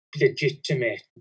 legitimate